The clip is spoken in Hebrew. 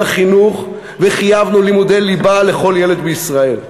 החינוך וחייבנו לימודי ליבה לכל ילד בישראל.